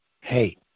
hey